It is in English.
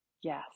yes